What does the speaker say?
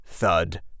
Thud